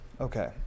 okay